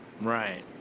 right